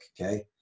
okay